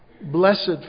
blessed